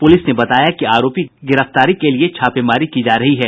police ने बताया कि आरोपी की गिरफ्तारी के लिए छापेमारी की जा रही है